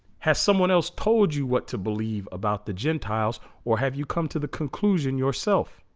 has someone else told you what to believe about the gentiles or have you come to the conclusion yourself